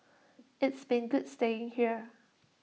it's been good staying here